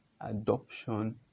adoption